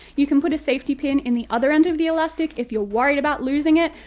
you can put a safety pin in the other end of the elastic if you're worried about losing it,